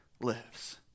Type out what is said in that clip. lives